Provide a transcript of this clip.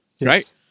Right